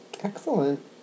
Excellent